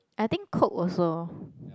I think Coke also